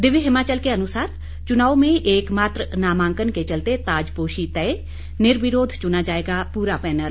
दिव्य हिमाचल के अनुसार चुनाव में एकमात्र नामांकन के चलते ताजपोशी तय निर्विरोध चुना जाएगा पूरा पैनल